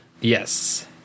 yes